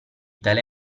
tale